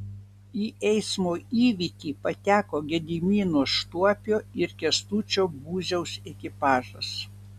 į eismo įvykį pateko gedimino štuopio ir kęstučio būziaus ekipažas